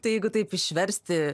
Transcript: tai jeigu taip išversti